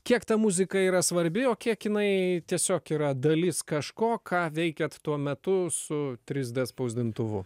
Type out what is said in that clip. kiek ta muzika yra svarbi o kiek jinai tiesiog yra dalis kažko ką veikiat tuo metu su trys dė spausdintuvu